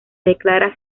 declara